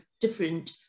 different